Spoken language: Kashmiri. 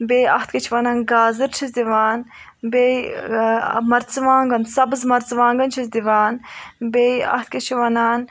بیٚیہِ اَتھ کیاہ چھِ ونان گازٕر چھس دِوان بیٚیہِ مرژٕوانگن سَبٕز مرژٕوانگن چھس دِوان بیٚیہِ اَتھ کیٛاہ چھِ وَنان